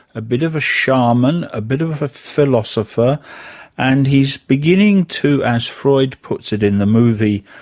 a bit of a shaman, a bit of a philosopher and he's beginning to, as freud puts it in the movie,